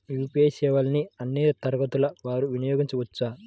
UPI సేవలని అన్నీ తరగతుల వారు వినయోగించుకోవచ్చా?